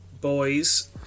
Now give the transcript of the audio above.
boys